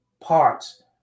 parts